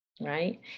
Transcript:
Right